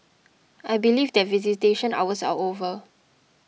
I believe that visitation hours are over